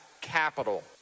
capital